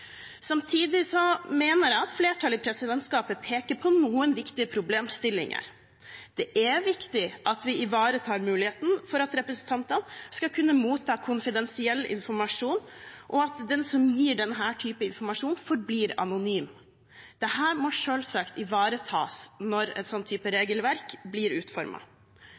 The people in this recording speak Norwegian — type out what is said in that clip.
Samtidig mener jeg at flertallet i presidentskapet peker på noen viktige problemstillinger. Det er viktig at vi ivaretar muligheten for at representantene skal kunne motta konfidensiell informasjon, og at den som gir slik informasjon, forblir anonym. Dette må selvsagt ivaretas når et slikt regelverk blir